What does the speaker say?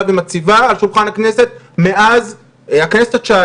ומציבה על שולחן הכנסת מאז הכנסת ה-19,